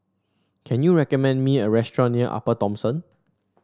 can you recommend me a restaurant near Upper Thomson